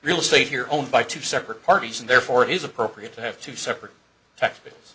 real estate here owned by two separate parties and therefore it is appropriate to have two separate t